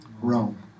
Rome